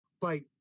Fight